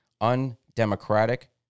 undemocratic